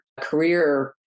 career